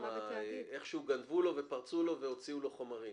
איכשהו גנבו לו, פרצו לו וגנבו לו חומרים.